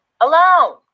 alone